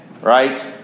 Right